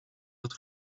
het